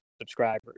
subscribers